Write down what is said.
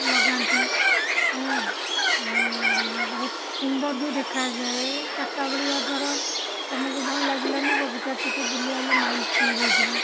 ଲଗାନ୍ତି ଆଉ ବହୁତ ସୁନ୍ଦର ବି ଦେଖାଯାଏ ଚାରିଟା ବଳିଆ ଧର ତୁମକୁ ଭଲ ଲାଗିଲାନି ବଗିଚା ଟିକିଏ ବୁଲି ଆଇଲେ ମାଇଣ୍ଡଫ୍ରୀ ହେଇଯିବ